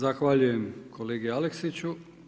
Zahvaljujem kolegi Aleksiću.